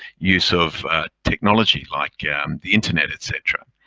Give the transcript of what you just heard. use of technology like the internet, etc.